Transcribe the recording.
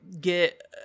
get